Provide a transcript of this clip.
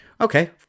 okay